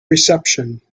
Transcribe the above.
reception